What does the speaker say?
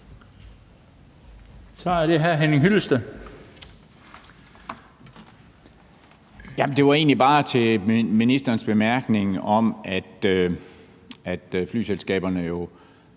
Det var egentlig bare til ministerens bemærkning om, at flyselskaberne